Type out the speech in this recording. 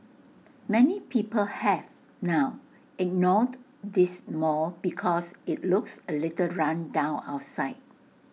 many people have now ignored this mall because IT looks A little run down outside